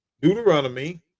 Deuteronomy